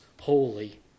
holy